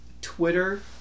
twitter